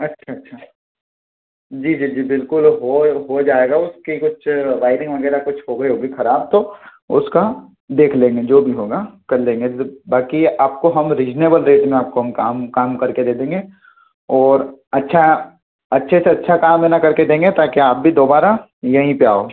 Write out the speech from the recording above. अच्छा अच्छा जी जी जी बिल्कुल हो हो जाएगा उसकी कुछ वायरिंग वग़ैरह कुछ हो गई होगी ख़राब तो उसका देख लेंगे जो भी होगा कर लेंगे जो बाक़ी आपको हम रीज़्नेबल रेट में आपको हम काम काम कर के दे देंगे और अच्छा अच्छे से अच्छा काम है ना कर के देंगे ताकि आप भी दोबारा यहीं पर आओ